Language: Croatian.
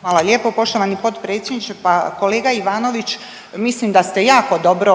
Hvala lijepo poštovani potpredsjedniče. Pa kolega Ivanović mislim da ste jako dobro